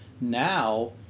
now